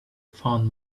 found